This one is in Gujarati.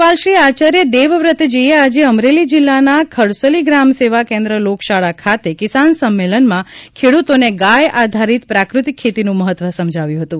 રાજ્યપાલ શ્રી આચાર્ય દેવવ્રતજીએ આજે અમરેલી જિલ્લાના ખડસલી ગ્રામસેવા કેન્દ્ર લોકશાળા ખાતે કિસાન સંમેલનમાં ખેડૂતોને ગાય આધારિત પ્રાકૃતિક ખેતીનું મહત્વ સમજાવ્યું હતું